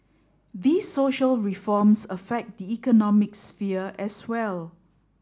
these social reforms affect the economic sphere as well